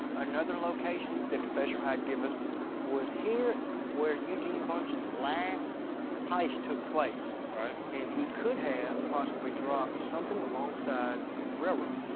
another location that professor hyde gave us was here where eugene bunch's and last heist took place. right. and he could have possibly dropped something alongside the railroad.